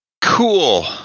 Cool